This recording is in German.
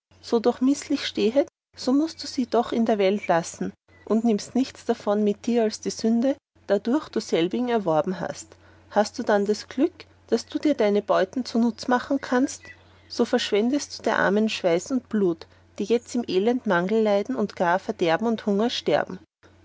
so doch mißlich stehet so mußt du sie doch in der welt lassen und nimmst nichts davon mit dir als die sünde dadurch du selbigen erworben hast hast du dann das glück daß du dir deine beuten zunutz machen kannst so verschwendest du der armen schweiß und blut die jetzt im elend mangel leiden oder gar verderben und hungers sterben